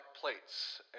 plates